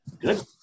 Good